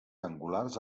angulars